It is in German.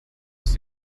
ist